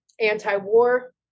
anti-war